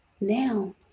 Now